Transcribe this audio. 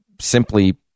simply